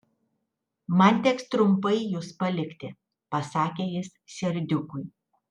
man teks trumpai jus palikti pasakė jis serdiukui